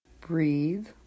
Breathe